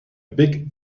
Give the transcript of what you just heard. big